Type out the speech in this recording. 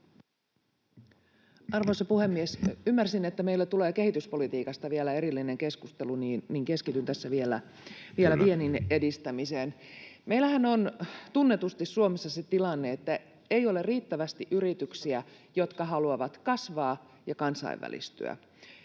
Arvoisa puhemies! Ymmärsin, että meillä tulee kehityspolitiikasta vielä erillinen keskustelu. Keskityn tässä vielä viennin edistämiseen. Meillähän on tunnetusti Suomessa se tilanne, että ei ole riittävästi yrityksiä, jotka haluavat kasvaa ja kansainvälistyä.